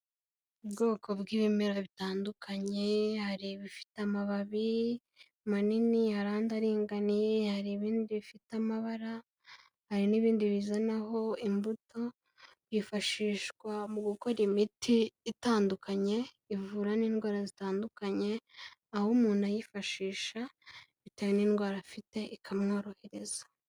Ubwoko bw'ibimera bitandukanye, hari ibifite amababi manini, hari andi aringaniye, hari ibindi bifite amabara, hari n'ibindi bizanaho imbuto, yifashishwa mu gukora imiti itandukanye ivura n'indwara zitandukanye, aho umuntu ayifashisha bitewe n'indwara afite ikamworohereza.